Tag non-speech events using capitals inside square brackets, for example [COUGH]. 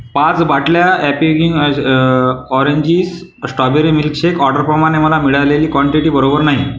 पाच बाटल्या ॲपि [UNINTELLIGIBLE] oranges strawberry milkshake ऑर्डरप्रमाणे मला मिळालेली क्वांटिटी बरोबर नाही